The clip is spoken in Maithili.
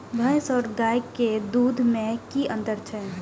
भैस और गाय के दूध में कि अंतर छै?